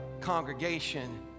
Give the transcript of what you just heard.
congregation